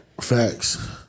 Facts